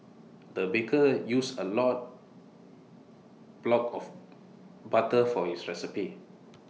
the baker used A lot block of butter for his recipe